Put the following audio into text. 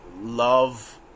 love